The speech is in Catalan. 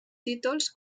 títols